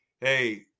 Hey